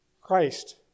Christ